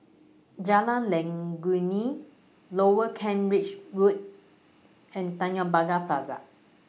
Jalan Legundi Lower Kent Ridge Road and Tanjong Pagar Plaza